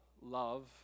love